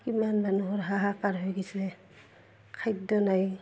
কিমান মানুহৰ হাহাকাৰ হৈ গৈছে খাদ্য নাই